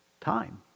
Time